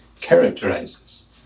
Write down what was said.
characterizes